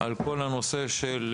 על כל הנושא של